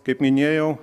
kaip minėjau